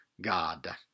god